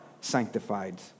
sanctified